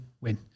win